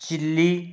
chilly